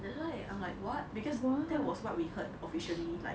that's why I'm like what because that was what we heard officially like